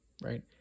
right